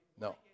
No